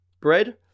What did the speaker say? bread